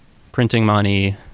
printing money,